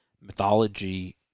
mythology